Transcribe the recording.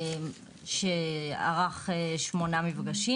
שערך שמונה מפגשים.